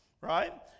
Right